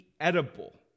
edible